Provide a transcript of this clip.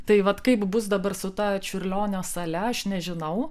tai vat kaip bus dabar su ta čiurlionio sale aš nežinau